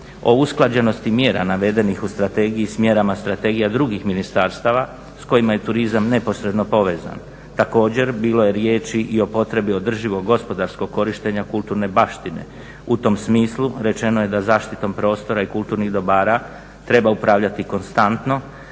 o usklađenosti mjera navedenih u strategiji s mjerama strategija drugih ministarstava s kojima je turizam neposredno povezan. Također bilo je riječi i o potrebi održivog gospodarskog korištenja kulturne baštine. U tom smislu rečeno je da zaštitom prostora i kulturnih dobara treba upravljati konstantno,